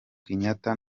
kenyatta